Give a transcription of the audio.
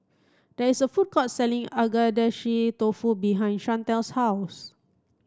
there is a food court selling Agedashi Dofu behind Shantel's house